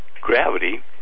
gravity